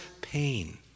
pain